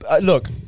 look